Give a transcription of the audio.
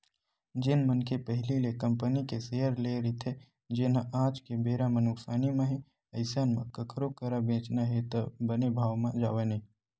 जेन मनखे पहिली ले कंपनी के सेयर लेए रहिथे जेनहा आज के बेरा म नुकसानी म हे अइसन म कखरो करा बेंचना हे त बने भाव म जावय नइ